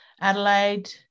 Adelaide